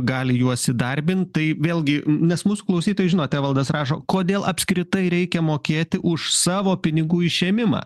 gali juos įdarbint tai vėlgi nes mūsų klausytojai žinot evaldas rašo kodėl apskritai reikia mokėti už savo pinigų išėmimą